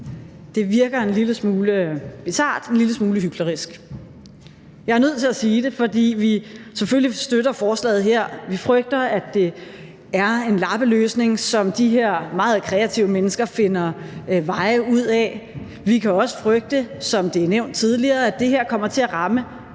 Det virker en lille smule bizart, en lille smule hyklerisk. Jeg er nødt til at sige det, fordi vi selvfølgelig støtter forslaget her. Vi frygter, at det er en lappeløsning, som de her meget kreative mennesker finder veje ud af. Vi kan også frygte, som det er nævnt tidligere, at det her kommer til at ramme